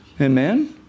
Amen